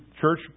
church